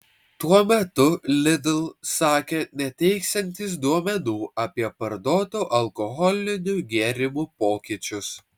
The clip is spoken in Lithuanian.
tuo metu lidl sakė neteiksiantys duomenų apie parduotų alkoholinių gėrimų pokyčius